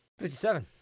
57